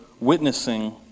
witnessing